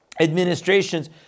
administration's